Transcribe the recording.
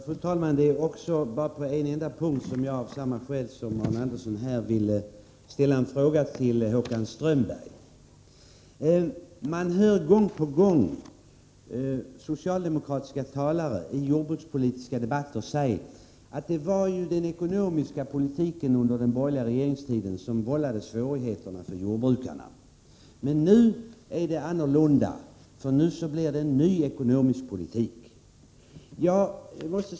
Fru talman! Bara på en enda punkt vill jag av samma skäl som Arne Andersson anförde ställa en fråga till Håkan Strömberg. Man hör gång på gång socialdemokratiska talare i jordbrukspolitiska debatter säga att det är den ekonomiska politiken under den borgerliga regeringstiden som har vållat svårigheter för jordbruket. Men nu är det annorlunda, för nu förs en ny ekonomisk politik.